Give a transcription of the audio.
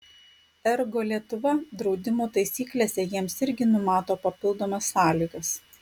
ergo lietuva draudimo taisyklėse jiems irgi numato papildomas sąlygas